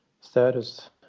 status